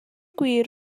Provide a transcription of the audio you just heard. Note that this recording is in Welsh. gwir